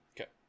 okay